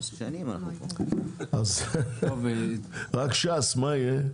רק ש"ס, מה יהיה?